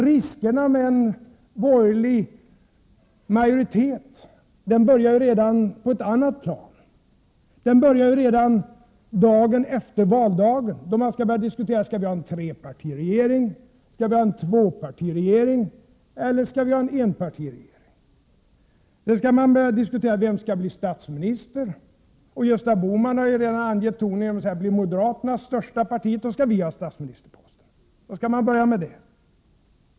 Riskerna med en borgerlig majoritet börjar redan på ett annat plan, redan dagen efter valdagen, då man skall börja diskutera: skall vi ha en trepartiregering, en tvåpartiregering eller en enpartiregering? Sedan skall man börja diskutera vem som skall bli statsminister, och Gösta Bohman har ju redan angivit tonen genom att säga att blir moderaterna största parti skall de ha statsministerposten.